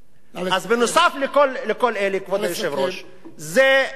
אז נוסף על כל אלה, כבוד היושב-ראש, נא לסכם.